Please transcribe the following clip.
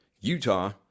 utah